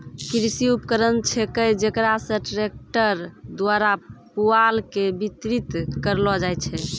कृषि उपकरण छेकै जेकरा से ट्रक्टर द्वारा पुआल के बितरित करलो जाय छै